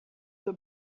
the